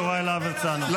חבר הכנסת יוראי להב הרצנו,